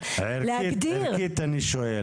ערכית אני שואל,